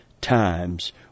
times